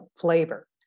flavor